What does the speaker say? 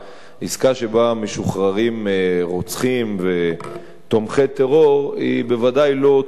עסקה שבה משוחררים רוצחים ותומכי טרור היא בוודאי לא טובה.